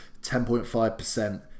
10.5%